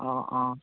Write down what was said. অঁ অঁ